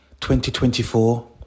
2024